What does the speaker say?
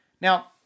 Now